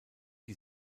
die